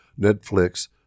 Netflix